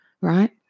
right